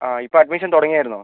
ആ ഇപ്പോൾ അഡ്മിഷൻ തുടങ്ങിയിരുന്നോ